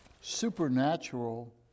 supernatural